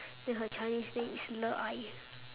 then her chinese name is le